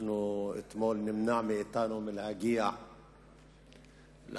אתמול נמנע מאתנו להגיע להצבעה,